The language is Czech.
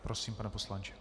Prosím, pane poslanče.